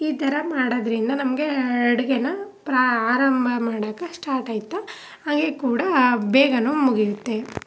ಈ ಥರ ಮಾಡೋದ್ರಿಂದ ನಮಗೆ ಅಡುಗೆನಾ ಪ್ರಾ ಆರಂಭ ಮಾಡೋಕೆ ಸ್ಟಾಟಾಯಿತಾ ಹಾಗೇ ಕೂಡಾ ಬೇಗನೂ ಮುಗಿಯುತ್ತೆ